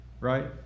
Right